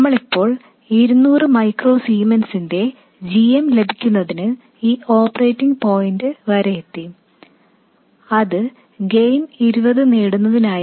നമ്മളിപ്പോൾ ഇരുനൂറ് മൈക്രോ സീമെൻസിന്റെ g m ലഭിക്കുന്നതിന് ഈ ഓപ്പറേറ്റിംഗ് പോയിൻറ് വരെ എത്തി അത് ഗെയിൻ 20 നേടുന്നതിനായിരുന്നു